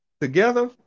together